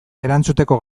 erantzuteko